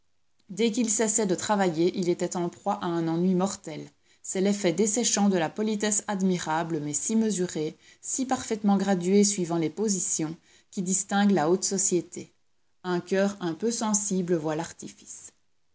dès qu'il cessait de travailler il était en proie à un ennui mortel c'est l'effet desséchant de la politesse admirable mais si mesurée si parfaitement graduée suivant les positions qui distingue la haute société un coeur un peu sensible voit l'artifice